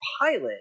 pilot